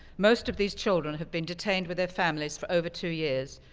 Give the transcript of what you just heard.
most of these children have been detained with their families for over two years,